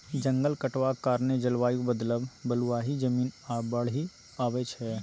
जंगल कटबाक कारणेँ जलबायु बदलब, बलुआही जमीन, आ बाढ़ि आबय छै